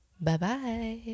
Bye-bye